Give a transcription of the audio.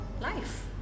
life